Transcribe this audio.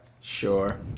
Sure